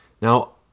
Now